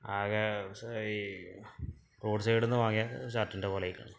ആകെ ഈ റോഡ് സൈഡിൽനിന്ന് വാങ്ങിയ ഷിർട്ടിൻ്റെ പോലെയായിക്കണ്